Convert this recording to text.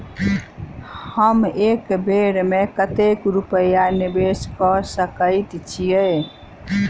हम एक बेर मे कतेक रूपया निवेश कऽ सकैत छीयै?